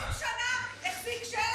זה לא רציני, 20 שנה, החזיק שלט,